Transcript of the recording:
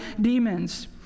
demons